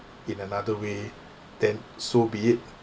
in another way then so be it